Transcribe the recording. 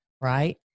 right